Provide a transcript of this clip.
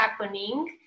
happening